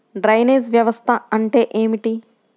Drainage వ్యవస్థ అంటే ఏమిటి?